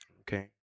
Okay